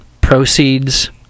proceeds